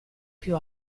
più